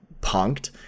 punked